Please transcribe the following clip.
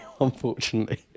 unfortunately